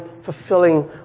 fulfilling